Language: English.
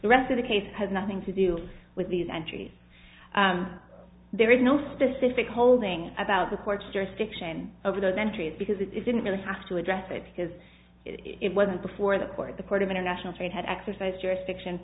the rest of the case has nothing to do with these entries there is no specific holding about the court's jurisdiction over those entries because it didn't really have to address it because it wasn't before the court the court of international trade had exercised jurisdiction